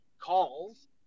calls